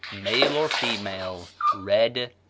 male or female, red,